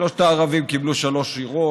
שלושת הערבים קיבלו שלוש שורות,